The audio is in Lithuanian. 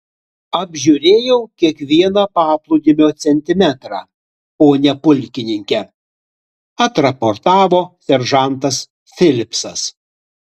apžiūrėjau kiekvieną paplūdimio centimetrą pone pulkininke atraportavo seržantas filipsas